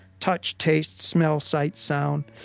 touch, taste, smell, sight, sound.